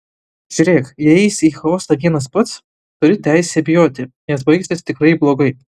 žiūrėk jei eisi į chaosą vienas pats turi teisę bijoti nes baigsis tikrai blogai